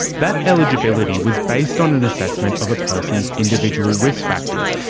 that eligibility was based on an assessment of a person's individual risk factors,